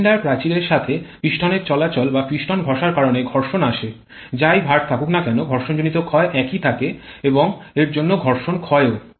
cylinder প্রাচীরের সাথে পিস্টনের চলাচল বা পিস্টন ঘষার কারণে ঘর্ষণ আসে যাই ভার থাকুক না কেন ঘর্ষণজনিত ক্ষয় একই থাকে এবং এর জন্য ঘর্ষণ ক্ষয় ও